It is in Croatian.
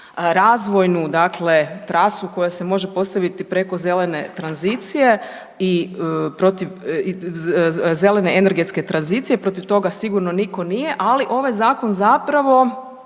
razvojnu dakle trasu, koja se može postaviti preko zelene tranzicije i protiv, zelene energetske tranzicije, protiv toga sigurno nitko nije, ali ovaj Zakon zapravo